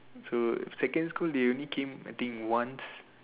so second school they only came I think once